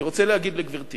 אני רוצה להגיד לגברתי